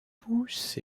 pousses